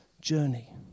journey